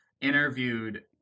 interviewed